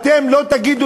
ואתם מהצד השני.